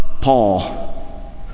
Paul